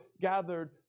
gathered